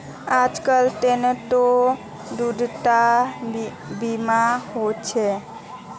आजकल ट्रेनतो दुर्घटना बीमा होचे